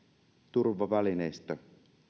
turvavälineistö